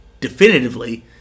definitively